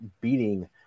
beating